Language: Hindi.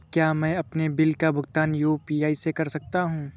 क्या मैं अपने बिल का भुगतान यू.पी.आई से कर सकता हूँ?